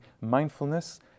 mindfulness